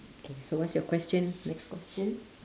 K so what's your question next question